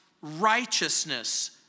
righteousness